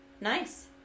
nice